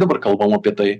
dabar kalbam apie tai